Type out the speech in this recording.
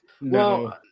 No